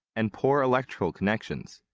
and poor electrical connections.